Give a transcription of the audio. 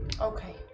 Okay